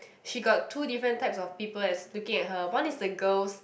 she got two different types of people that's looking at her one is the girls